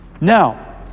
Now